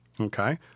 okay